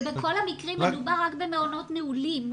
בכל המקרים מדובר רק במעונות נעולים.